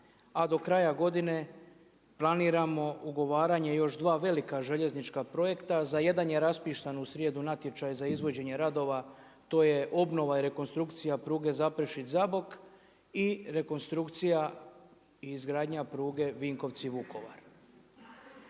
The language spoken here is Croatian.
a do kraja godine planiramo ugovaranje još sva velika željeznička projekta. Za jedan je raspisan u srijedu natječaj za izvođenje radova, to je obnova i rekonstrukcija pruge Zaprešić-Zabok, i rekonstrukcija i izgradnja pruge Vinkovci-Vukovar.